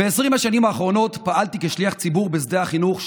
ב-20 השנים האחרונות פעלתי כשליח ציבור בשדה החינוך,